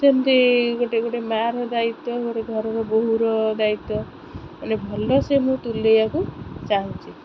ସେମିତି ଗୋଟେ ଗୋଟେ ମା ର ଦାୟିତ୍ୱ ଗୋଟେ ଘରର ବୋହୂର ଦାୟିତ୍ୱ ମାନେ ଭଲସେ ମୁଁ ତୁଲାଇବାକୁ ଚାହୁଁଛି